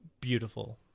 beautiful